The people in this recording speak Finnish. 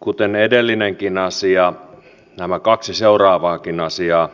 kuten edellinenkin asia nämä kaksi seuraavaakin asiaa